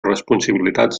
responsabilitats